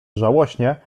żałośnie